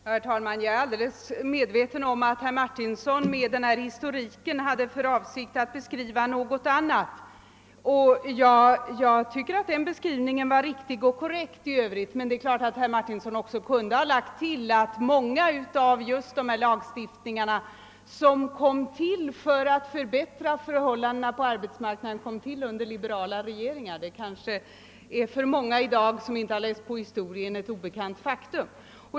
Herr talman! Jag är helt medveten om att herr Martinsson med sin historik hade för avsikt att beskriva något annat, och jag tycker att beskrivningen var riktig och korrekt i övrigt. Men herr Martinsson kunde också ha tillagt att en hel del av just dessa lagar, som kom till för att förbättra förhållandena på arbetsmarknaden, infördes under liberala regeringar. Detta är kanske för många i dag, som inte har läst på historien ett obekant faktum.